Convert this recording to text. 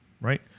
right